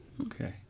Okay